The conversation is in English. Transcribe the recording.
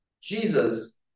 Jesus